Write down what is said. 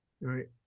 right